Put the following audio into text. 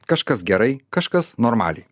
kažkas gerai kažkas normaliai